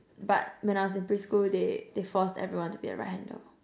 but when I was in preschool they they forced everyone to be a right hander